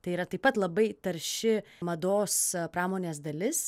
tai yra taip pat labai tarši mados pramonės dalis